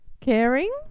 Caring